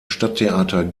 stadttheater